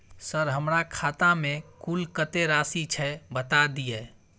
Sir हमरा खाता में कुल कत्ते राशि छै बता दिय?